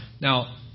Now